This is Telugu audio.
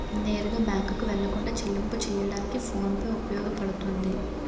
నేరుగా బ్యాంకుకు వెళ్లకుండా చెల్లింపు చెయ్యడానికి ఫోన్ పే ఉపయోగపడుతుంది